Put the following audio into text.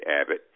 Abbott